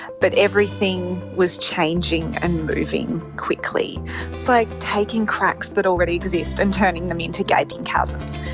but everything was changing and moving quickly. it's like taking cracks that already exist and turning them into gaping chasms.